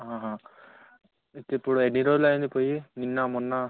అయితే ఇప్పుడు ఎన్ని రోజులు అయింది పోయి నిన్న మొన్న